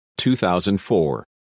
2004